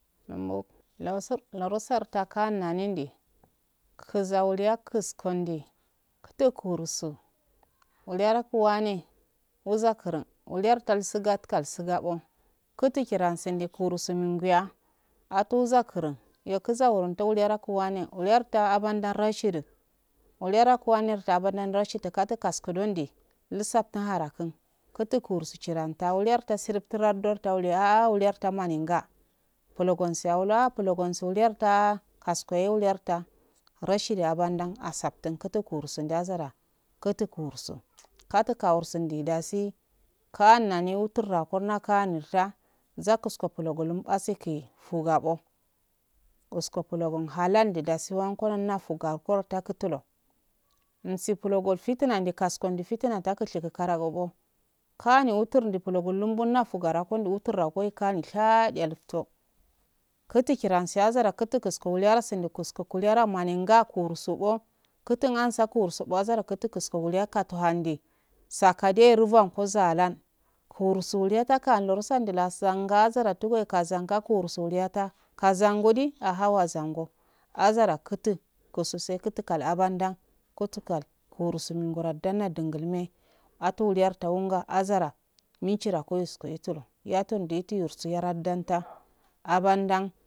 numbo losor lurusar takannami ndi kiza wawya kuskon di kuto kurusu uyaraku wane waza kurun wuliyarta sigak kal sigabo kutu shiram sendi kura sendimi quya atuza kuran iyo tuza wuron tan yaraku wane uyarda abunkun rashidu uyorta abanau rashidu kutukas kudondi ulsaftin hara kun kutu kusi chi rantanan wuligan sirip trato dot tawaliya ah wularto maminga bulogonse ah bulogonse warda karsoye whiyoida rashidu abanda asaftin kutukusundi yazara kutukurso katu kawursundi dasi kannani utaka kurna kanide zakurso plogulum paseki sugabo ngosko plogum halandi dasi wanko nan nafaga gorotaku tulo unsiplogol fituna nde kasko ndi fituna ndekaskondo fitna tabuchita karagobe kani utur bulungu munna fugurabo wutanagoi koni utur bulongu munna fugarabo wutar nagoi komi shadiya lufto kutun shiya zara kutuskusko kuliyaram maminga kursubokutun ansakurso wazara kuto kusko wahi kaska handi sakada ruban go zahan kursuhi yatan lorusande lasanguzaran tugoi bazanga karsoliyata kazangodi aha wazango azara kutu kusese kutu kal abo xidan kutukal kursuli miladannan dangulme atuwuliyarta wanga azara minchitako yisko ye tole yatonde yeto yistu yataran tanda abndan.